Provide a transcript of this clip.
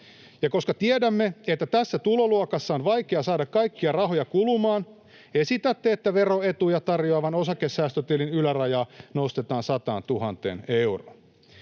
koska tiedämme, että tässä tuloluokassa on vaikea saada kaikkia rahoja kulumaan, esitätte, että veroetuja tarjoavan osakesäästötilin yläraja nostetaan 100 000 euroon.